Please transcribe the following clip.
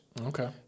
okay